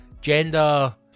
Gender